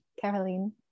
Caroline